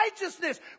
righteousness